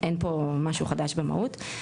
אין פה משהו חדש במהות.